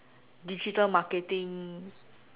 digital marketing